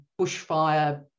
bushfire